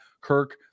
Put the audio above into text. Kirk